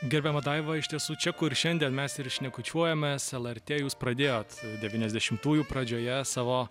gerbiama daiva iš tiesų čia kur šiandien mes ir šnekučiuojamės lrt jūs pradėjot devyniasdešimtųjų pradžioje savo